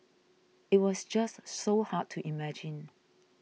it was just so hard to imagine